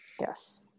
Yes